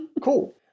Cool